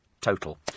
total